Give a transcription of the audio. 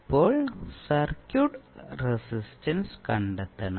ഇപ്പോൾ circuit resistance കണ്ടെത്തണം